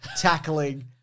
tackling